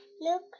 look